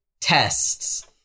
tests